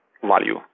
value